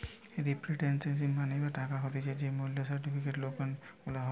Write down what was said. representative money বা টাকা হতিছে যেই মূল্য সার্টিফিকেট, টোকেন গুলার হয়